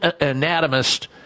anatomist